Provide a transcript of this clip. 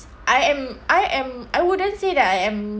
I am I am I wouldn't say that I am